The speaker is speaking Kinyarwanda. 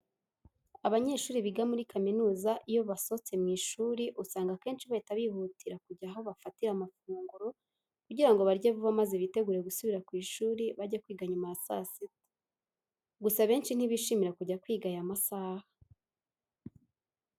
Abanyeshuri biga muri kaminuza iyo basohotse mu ishuri usanga akenshi bahita bihutira kujya aho bafatira amafunguro kugira ngo barye vuba maze bitegure gusubira ku ishuri bajye kwiga nyuma ya saa sita. Gusa abenshi ntibishimira kujya kwiga aya masaha.